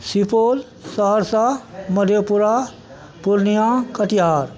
Supaul Saharsa Madhepura Purnia Katihar